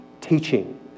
teaching